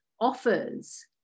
offers